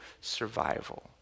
survival